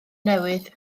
newydd